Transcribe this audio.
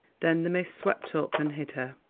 then the mist swept up and hid her.